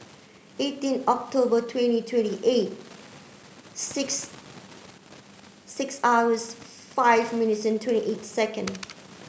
eighteen October twenty twenty eight six six hours five minutes and twenty eight second